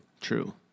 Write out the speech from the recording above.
True